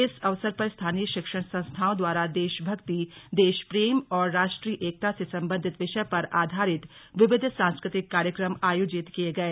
इस अवसर पर स्थानीय शिक्षण संस्थाओं द्वारा देश भक्ति देश प्रेम और राष्ट्रीय एकता से संबधित विषय पर आधारित विविध सांस्कृतिक कार्यक्रम आयोजित किये गए